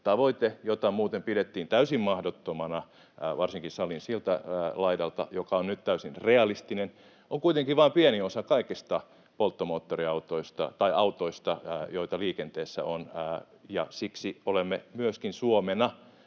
tavoite, jota muuten pidettiin täysin mahdottomana varsinkin salin siltä laidalta ja joka on nyt täysin realistinen — on kuitenkin vain pieni osa kaikista polttomoottoriautoista tai autoista, joita liikenteessä on, ja siksi olemme myöskin Suomena